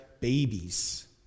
babies